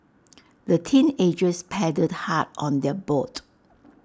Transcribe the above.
the teenagers paddled hard on their boat